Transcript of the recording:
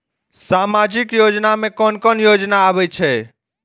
सामाजिक योजना में कोन कोन योजना आबै छै?